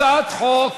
הצעת חוק